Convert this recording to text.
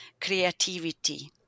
creativity